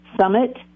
Summit